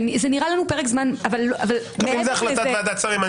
אם זו החלטת ועדת השרים,